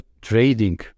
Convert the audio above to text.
trading